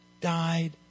died